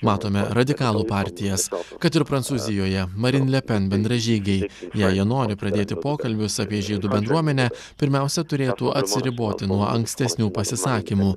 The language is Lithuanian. matome radikalų partijas kad ir prancūzijoje marin le pen bendražygiai jei jie nori pradėti pokalbius apie žydų bendruomenę pirmiausia turėtų atsiriboti nuo ankstesnių pasisakymų